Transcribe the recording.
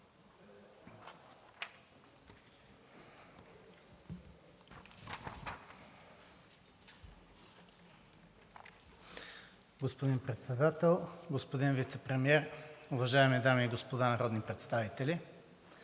Господин Председател, господин Вицепремиер, уважаеми дами и господа народни представители!